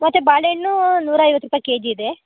ಮತ್ತು ಬಾಳೆಹಣ್ಣು ನೂರ ಐವತ್ತು ರೂಪಾಯಿ ಕೆ ಜಿ ಇದೆ